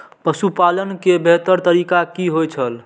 पशुपालन के बेहतर तरीका की होय छल?